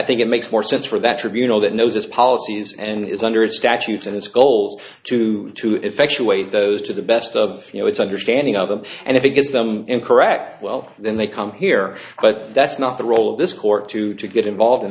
think it makes more sense for that tribunal that knows its policies and is under its statutes and its goals to to effectuate those to the best of you know its understanding of them and if it gets them incorrect well then they come here but that's not the role of this court to to get involved in